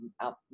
out